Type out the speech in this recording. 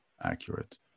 accurate